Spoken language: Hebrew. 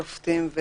שופטים.